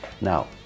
Now